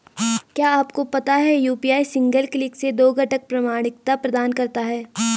क्या आपको पता है यू.पी.आई सिंगल क्लिक से दो घटक प्रमाणिकता प्रदान करता है?